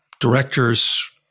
directors